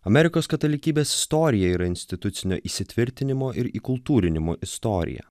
amerikos katalikybės istorija yra institucinio įsitvirtinimo ir įkultūrinimo istorija